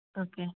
okay